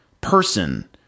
person